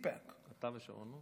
CPAC. אתה ושמרנות?